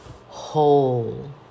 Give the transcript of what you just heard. whole